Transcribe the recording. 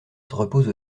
repose